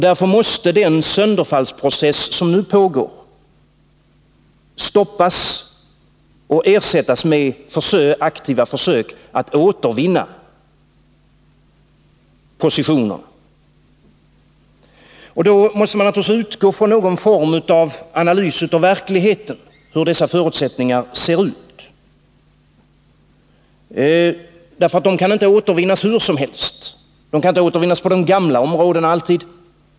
Därför måste den sönderfallsprocess som nu pågår stoppas och ersättas med aktiva försök att återvinna positionerna. Då måste man naturligtvis utgå från någon form av analys av verkligheten — hur dessa förutsättningar ser ut — för positionerna kan inte återvinnas hur som helst. De kan inte återvinnas på de gamla områdena alltid.